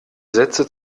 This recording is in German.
sätze